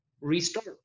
restart